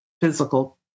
physical